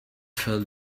felt